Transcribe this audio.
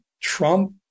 Trump